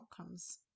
outcomes